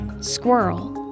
Squirrel